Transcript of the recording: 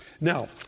Now